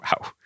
Wow